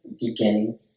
beginning